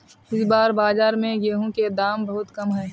इस बार बाजार में गेंहू के दाम बहुत कम है?